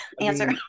answer